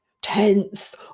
tense